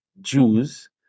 Jews